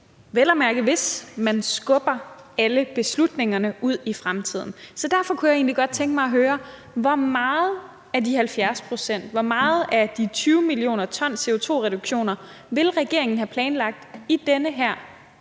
vel at mærke hvis – man skubber alle beslutningerne ud i fremtiden. Derfor kunne jeg egentlig godt tænke mig at høre: Hvor meget af de 70 pct. og hvor meget af de 20 mio. t CO2-reduktioner vil regeringen have planlagt i den her